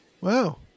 Wow